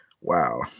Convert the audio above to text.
Wow